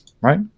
right